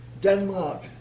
Denmark